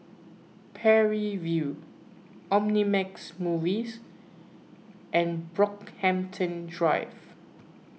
Parry View Omnimax Movies and Brockhampton Drive